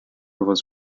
was